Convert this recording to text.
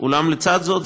אולם לצד זאת,